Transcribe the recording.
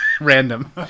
random